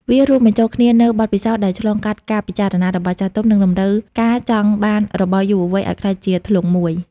វារួមបញ្ចូលគ្នានូវបទពិសោធន៍ដែលឆ្លងកាត់ការពិចារណារបស់ចាស់ទុំ និងតម្រូវការចង់បានរបស់យុវវ័យឱ្យក្លាយជាធ្លុងមួយ។